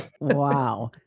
Wow